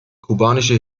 kubanische